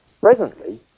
Presently